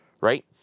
right